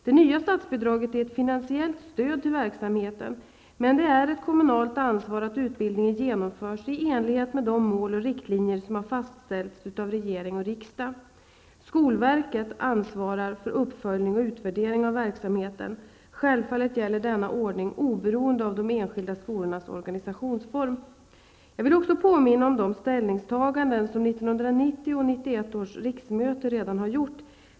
Det nya statsbidraget är ett finansiellt stöd till verksamheten, men det är ett kommunalt ansvar att utbildningen genomförs i enlighet med de mål och riktlinjer som har fastställts av regering och riksdag. Skolverket ansvarar för uppföljning och utvärdering av verksamheten. Självfallet gäller denna ordning oberoende av de enskilda skolornas organisationsform. Jag vill också påminna om de ställningstaganden som 1990/91 års riksmöte redan har gjort.